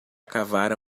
cavar